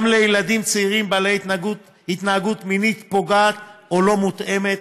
לילדים צעירים בעלי התנהגות מינית פוגעת או לא מותאמת.